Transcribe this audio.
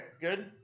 good